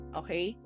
okay